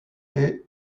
est